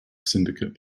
syndicate